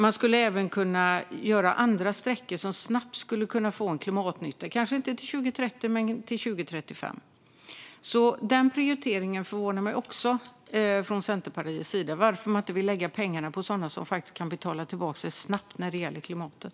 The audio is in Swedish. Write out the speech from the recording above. Man skulle även kunna göra andra sträckor som snabbt skulle ge klimatnytta, kanske inte till 2030 men till 2035. Även den prioriteringen från Centerpartiet förvånar mig. Varför vill man inte lägga pengarna på sådant som snabbt kan betala sig när det gäller klimatet?